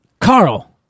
Carl